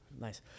Nice